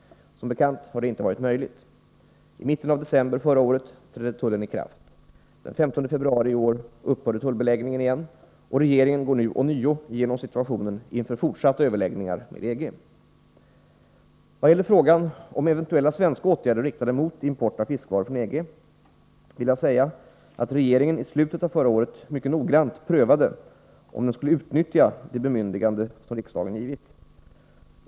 Som bekant har detta inte varit möjligt. I mitten av december förra året trädde tullen i kraft. Den 15 februari i år upphörde tullbeläggningen igen, och regeringen går nu ånyo igenom situationen inför fortsatta överläggningar med EG. Vad gäller frågan om eventuella svenska åtgärder riktade mot import av fiskvaror från EG vill jag säga att regeringen i slutet av förra året mycket noggrant prövade om den skulle utnyttja det bemyndigande som riksdagen givit.